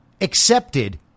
accepted